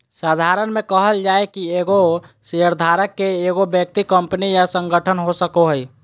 साधारण में कहल जाय कि एगो शेयरधारक के एगो व्यक्ति कंपनी या संगठन हो सको हइ